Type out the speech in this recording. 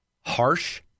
harsh